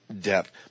depth